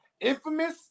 infamous